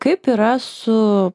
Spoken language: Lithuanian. kaip yra su